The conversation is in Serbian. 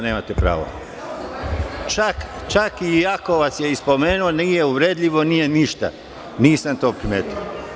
Nemate pravo, čak i ako vas je i spomenuo nije uvredljivo, nije ništa, nisam to primetio.